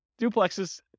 duplexes